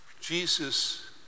Jesus